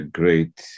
great